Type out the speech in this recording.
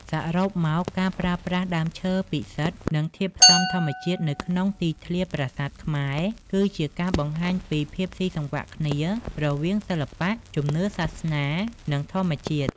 សរុបមក ការប្រើប្រាស់ដើមឈើពិសិដ្ឋ និងធាតុផ្សំធម្មជាតិនៅក្នុងទីធ្លាប្រាសាទខ្មែរ គឺជាការបង្ហាញពី ភាពស៊ីសង្វាក់គ្នារវាងសិល្បៈ ជំនឿសាសនា និងធម្មជាតិ។